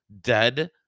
dead